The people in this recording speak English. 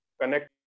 connect